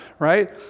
right